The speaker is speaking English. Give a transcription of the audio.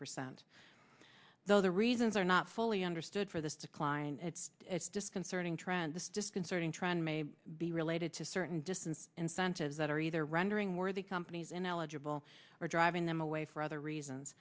percent though the reasons are not fully understood for this decline it's disconcerting trends this disconcerting trend may be related to certain distance incentives that are either rendering worthy companies ineligible or driving them away for other reasons